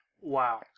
Wow